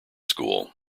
school